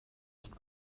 ist